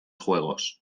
juegos